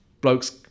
blokes